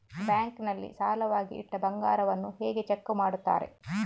Bank ನಲ್ಲಿ ಸಾಲವಾಗಿ ಇಟ್ಟ ಬಂಗಾರವನ್ನು ಹೇಗೆ ಚೆಕ್ ಮಾಡುತ್ತಾರೆ?